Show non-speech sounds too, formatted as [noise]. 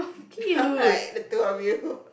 [laughs] the two of you